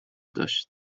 داشت